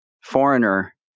foreigner